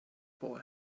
boy